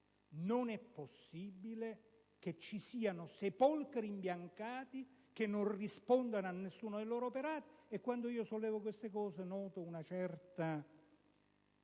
Non è possibile che ci siano sepolcri imbiancati che non rispondono ad alcuno dei loro operati, e quando sollevo tali questioni, noto una certa